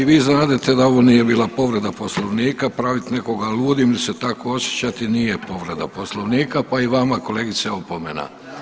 I vi znadete da ovo nije bila povreda poslovnika, pravit nekog ludim ili se tako osjećati nije povreda poslovnika, pa i vama kolegica opomena.